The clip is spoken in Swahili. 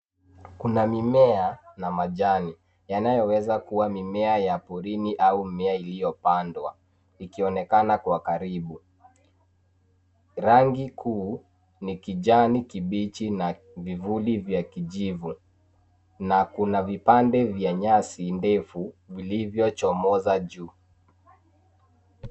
Kuna mimea na majani yanayoweza kuwa mimea ya porini au mimea iliyopandwa ikionekana kwa karibu. Rangi kuu ni kijani kibichi na vivuli vya kijivu, na kuna vipande vya nyasi ndefu vilivyochomoza juu.